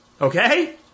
Okay